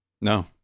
No